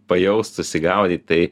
pajaust susigaudyt tai